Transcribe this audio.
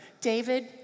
David